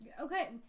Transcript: Okay